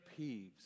peeves